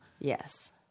Yes